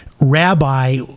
rabbi